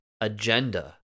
agenda